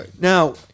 Now